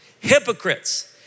hypocrites